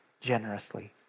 generously